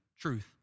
truth